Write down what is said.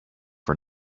for